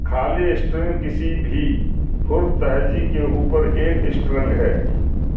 خالی اسٹرنگ کسی بھی حرف تہجی کے اوپر ایک اسٹرنگ ہے